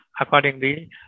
Accordingly